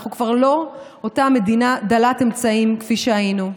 אנחנו כבר לא אותה המדינה דלת אמצעים כפי שהיינו.